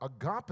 agape